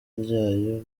ryayo